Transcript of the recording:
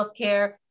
healthcare